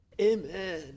Amen